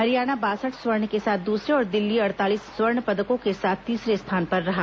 हरियाणा बासठ स्वर्ण के साथ दूसरे और दिल्ली अड़तालीस स्वर्ण पदकों के साथ तीसरे स्थान पर रहा